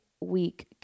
week